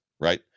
right